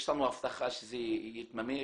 יש לנו הבטחה שזה יתממש,